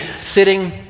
sitting